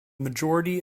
majority